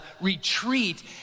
retreat